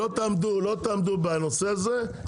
לא תעמדו בנושא הזה,